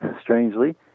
strangely